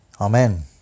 Amen